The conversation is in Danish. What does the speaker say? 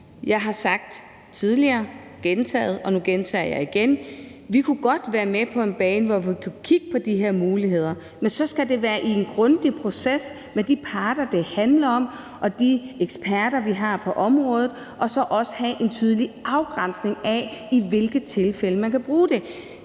Jeg har sagt tidligere, jeg har gentaget det, og nu gentager jeg det igen: Vi kunne godt være med på en bane, hvor vi kunne kigge på de her muligheder, men så skal det være i en grundig proces med de parter, det handler om, og med de eksperter, vi har på området, og så skal vi også have en tydelig afgrænsning af, i hvilke tilfælde man kan bruge det.